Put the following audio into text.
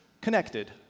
Connected